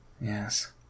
Yes